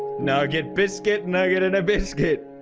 now get biscuit nugget in a biscuit